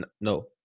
No